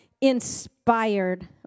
inspired